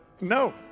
no